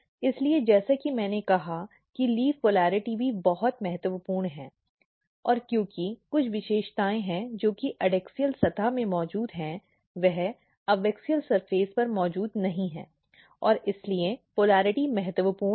इसलिए जैसा कि मैंने कहा कि पत्ती पोलिरटी भी बहुत महत्वपूर्ण है और क्योंकि कुछ विशेषताएं जो कि एडैक्सियल सतह में मौजूद हैं वह एबैक्सियल सतह पर मौजूद नहीं हैं और इसलिए पोलिरटी महत्वपूर्ण है